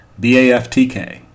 BAFTK